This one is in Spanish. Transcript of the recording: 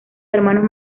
hermanos